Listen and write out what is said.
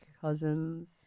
cousins